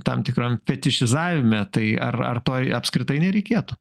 tam tikram fetišizavime tai ar ar toj apskritai nereikėtų